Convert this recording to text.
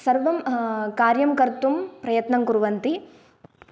सर्वं कार्यं कर्तुं प्रयत्नं कुर्वन्ति